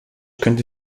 könnte